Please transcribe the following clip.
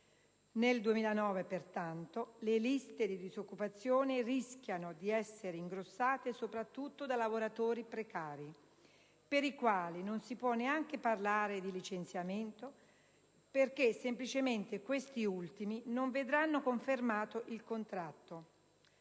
Nel 2009, pertanto, le liste di disoccupazione rischiano di essere ingrossate soprattutto da lavoratori precari, per i quali non si può neanche parlare di licenziamento, perché semplicemente questi ultimi non vedranno confermato il contratto.